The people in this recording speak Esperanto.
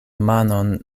manon